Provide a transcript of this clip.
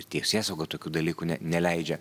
ir teisėsauga tokių dalykų ne neleidžia